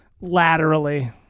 laterally